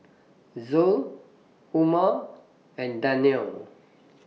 Zul Umar and Danial